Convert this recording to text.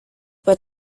über